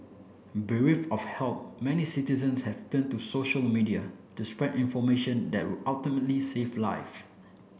bereft of help many citizens have turn to social media to spread information that would ultimately save life